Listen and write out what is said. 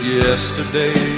yesterday